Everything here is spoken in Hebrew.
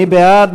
מי בעד?